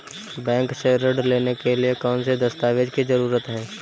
Bank से ऋण लेने के लिए कौन से दस्तावेज की जरूरत है?